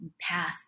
path